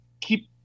keep